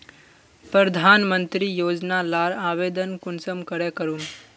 प्रधानमंत्री योजना लार आवेदन कुंसम करे करूम?